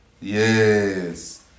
Yes